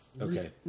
Okay